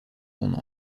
son